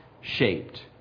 shaped